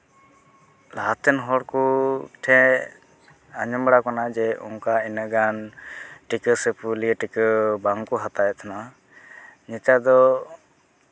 ᱞᱟᱦᱟᱛᱮᱱ ᱦᱚᱲ ᱠᱚ ᱴᱷᱮᱱ ᱟᱸᱡᱚᱢ ᱵᱟᱲᱟ ᱟᱠᱟᱱᱟ ᱚᱱᱠᱟ ᱤᱱᱟᱹᱜᱟᱱ ᱴᱤᱠᱟᱹ ᱥᱮ ᱯᱳᱞᱤᱭᱳ ᱴᱤᱠᱟᱹ ᱵᱟᱝᱠᱚ ᱦᱟᱛᱟᱣ ᱮᱫ ᱛᱟᱦᱮᱱᱟ ᱱᱮᱛᱟᱨ ᱫᱚ